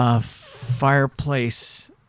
fireplace